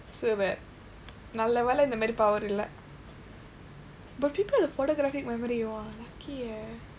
super நல்ல வேலை இந்த மாதிரி:nalla veelai indtha maathiri power இல்லை:illai but people with photographic memory !wah! lucky eh